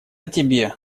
тебе